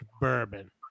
bourbon